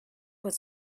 but